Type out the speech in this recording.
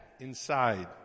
inside